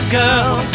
girl